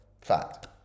Fact